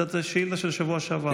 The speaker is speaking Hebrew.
את השאילתה של שבוע שעבר.